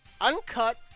uncut